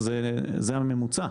זה הממוצע,